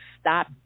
stop